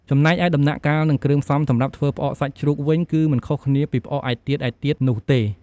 ចំំណែកឯដំណាក់កាល និងគ្រឿងផ្សំសម្រាប់ធ្វើផ្អកសាច់ជ្រូកវិញ គឺមិនខុសគ្នាពីផ្អកឯទៀតៗនោះទេ។